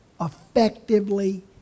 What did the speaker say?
effectively